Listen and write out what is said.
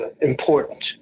important